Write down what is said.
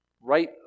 right